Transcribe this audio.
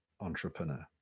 entrepreneur